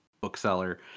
bookseller